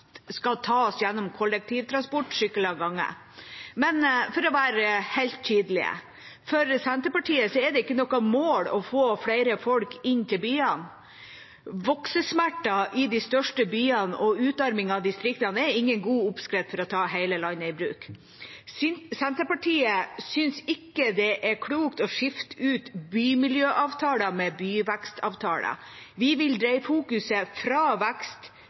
skal tas gjennom kollektivtransport, sykkel og gange. Men for å være helt tydelig: For Senterpartiet er det ikke noe mål å få flere folk inn til byene. Voksesmerter i de største byene og utarming av distriktene er ingen god oppskrift for å ta hele landet i bruk. Senterpartiet synes ikke det er klokt å skifte ut bymiljøavtaler med byvekstavtaler. Vi vil dreie fokuset fra vekst